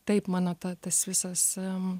taip mano tą tas visas am